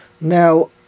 Now